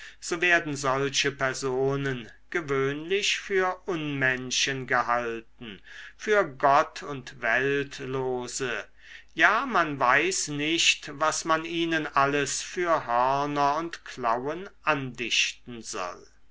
so werden solche personen gewöhnlich für unmenschen gehalten für gott und weltlose ja man weiß nicht was man ihnen alles für hörner und klauen andichten soll